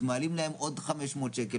אז מעלים להם עוד 500 שקל,